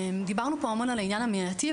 דיברנו פה המון על העניין המניעתי.